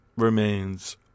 remains